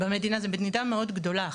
זאת מדינה מאוד גדולה,